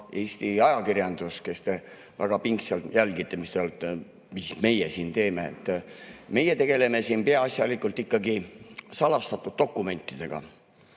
Eesti ajakirjandus, kes te väga pingsalt jälgite, mida meie siin teeme! Meie tegeleme siin peaasjalikult ikkagi salastatud dokumentidega.